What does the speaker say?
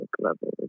level